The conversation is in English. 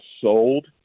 sold